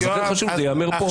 אז זה כן חשוב שזה ייאמר פה.